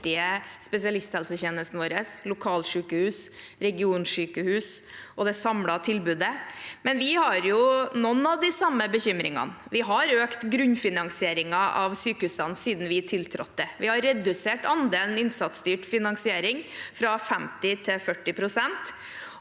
spesialisthelsetjenesten vår – lokalsykehus, regionsykehus og det samlede tilbudet. Men vi har noen av de samme bekymringene. Vi har økt grunnfinansieringen av sykehusene siden vi tiltrådte. Vi har redusert andelen innsatsstyrt finansiering fra 50 pst. til 40 pst.,